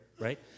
Right